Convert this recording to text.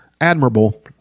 Admirable